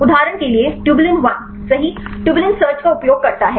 उदाहरण के लिए ट्यूबिलिन I सही ट्यूबिलिन सर्च का उपयोग करता है